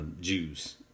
Jews